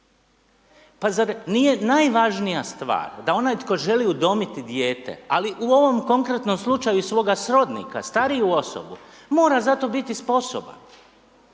Pa zar nije najvažnija stvar da onaj tko želi udomiti dijete ali u ovom konkretnom slučaju i svoga srodnika, stariju osobu, mora za to biti sposoban.